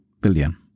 billion